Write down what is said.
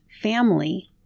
family